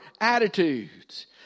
attitudes